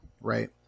right